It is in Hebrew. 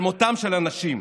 על מותם של אנשים,